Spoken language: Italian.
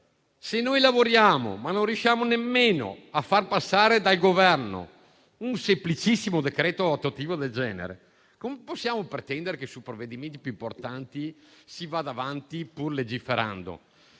Se lavoriamo, ma non riusciamo a far approvare al Governo un semplicissimo decreto attuativo del genere, come possiamo pretendere che su provvedimenti più importanti si vada avanti, pur legiferando?